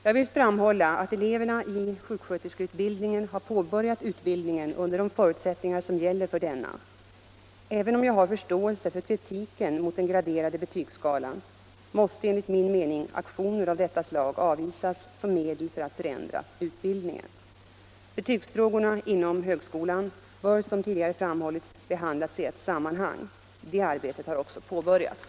Jag vill framhålla att eleverna i sjuksköterskeutbildningen har påbörjat utbildningen under de förutsättningar som gäller för denna. Även om jag har förståelse för kritiken mot den graderade betygskalan måste enligt min mening aktioner av detta slag avvisas som medel att förändra utbildningen. Betygsfrågorna inom högskolan bör som tidigare framhållits behandlas i ett sammanhang. Det arbetet har också påbörjats.